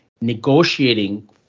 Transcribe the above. negotiating